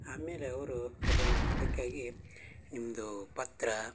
ಆಮೇಲೆ ಅವರು ಅದನ್ನು ಅದಕ್ಕಾಗಿ ನಿಮ್ಮದು ಪತ್ರ